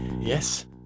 Yes